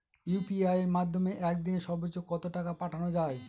UPI এর মাধ্যমে এক দিনে সর্বচ্চ কত টাকা পাঠানো যায়?